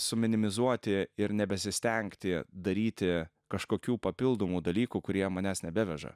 suminimizuoti ir nebesistengti daryti kažkokių papildomų dalykų kurie manęs nebeveža